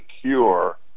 secure